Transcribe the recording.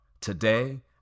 Today